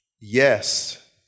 Yes